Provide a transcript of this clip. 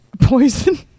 poison